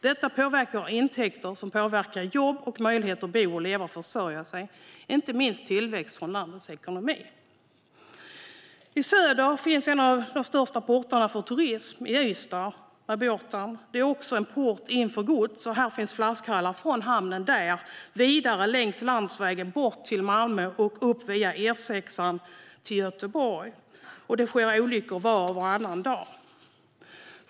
Detta påverkar intäkter som i sin tur påverkar jobb och möjlighet att bo, leva och försörja sig. Och det påverkar inte minst tillväxten för landets ekonomi. I söder finns en av de största portarna för turism - Ystad med båtarna. Det är också en port in för gods, och här finns flaskhalsar från hamnen vidare längs landsvägen bort till Malmö och upp via E6 till Göteborg. Det sker olyckor var och varannan dag.